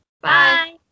Bye